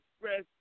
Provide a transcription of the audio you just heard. express